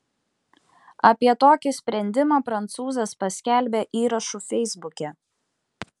apie tokį sprendimą prancūzas paskelbė įrašu feisbuke